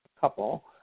couple